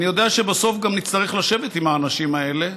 אני יודע שבסוף גם נצטרך לשבת עם האנשים האלה,